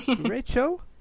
Rachel